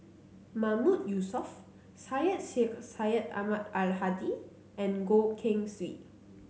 Mahmood Yusof Syed Sheikh Syed Ahmad Al Hadi and Goh Keng Swee